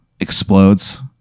explodes